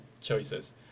choices